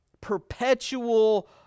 perpetual